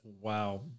Wow